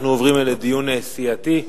אנחנו עוברים לדיון סיעתי.